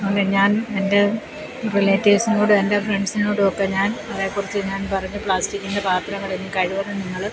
അങ്ങനെ ഞാൻ എൻ്റെ റിലേറ്റീവ്സിനോടും എൻ്റെ ഫ്രണ്ട്സിനോടും ഒക്കെ ഞാൻ അതെ കുറിച്ച് ഞാൻ പറഞ്ഞു പ്ലാസ്റ്റിക്കിൻ്റെ പാത്രങ്ങൾ ഇനി കഴിവതും നിങ്ങൾ